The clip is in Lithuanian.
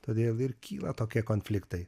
todėl ir kyla tokie konfliktai